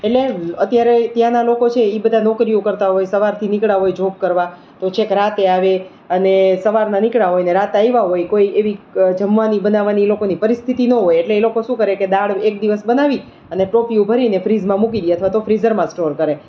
એટલે અત્યારે ત્યાંનાં લોકો છે એ બધા નોકરીઓ કરતાં હોય સવારથી નીકળ્યા હોય જોબ કરવા તો છેક રાત્રે આવે અને સવારના નીકળ્યા હોય ને રાતે આવ્યાં હોય કોઈ એવી જમવાની બનાવવાની એ લોકોની પરિસ્થતિ ન હોય એટલે એ લોકો શું કરે કે દાળ એક દિવસ બનાવી અને ટોપલીઓ ભરીને ફ્રીજમાં મૂકી દે અથવા તો ફ્રીઝરમાં સ્ટોર કરે